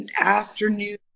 afternoon